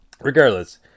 Regardless